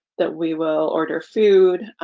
that we will order food